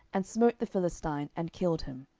and smote the philistine, and killed him.